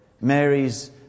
Mary's